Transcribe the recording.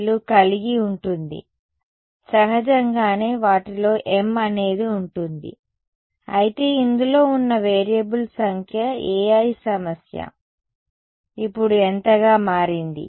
ai లు కలిగి ఉంటుంది సహజంగానే వాటిలో m అనేది ఉంటుంది అయితే ఇందులో ఉన్న వేరియబుల్స్ సంఖ్య ai సమస్య ఇప్పుడు ఎంతగా మారింది